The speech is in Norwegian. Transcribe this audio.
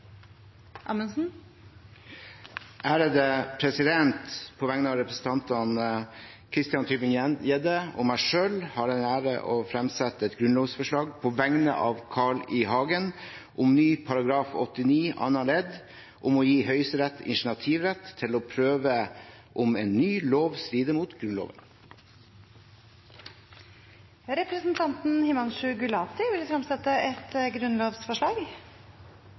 På vegne av representanten Christian Tybring-Gjedde og meg selv har jeg den ære å fremsette et grunnlovsforslag på vegne av Carl I. Hagen om ny § 89 annet ledd, om å gi Høyesterett initiativrett til å prøve om en ny lov strider mot Grunnloven. Representanten Himanshu Gulati vil fremsette et grunnlovsforslag.